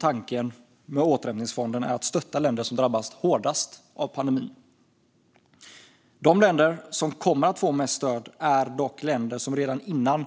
Tanken med återhämtningsfonden är att stötta de länder som drabbats hårdast av pandemin, men de länder som kommer att få mest stöd är länder som redan före